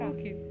Okay